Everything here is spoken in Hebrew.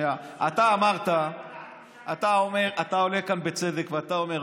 אתה עולה כאן בצדק ואתה אומר,